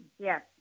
Yes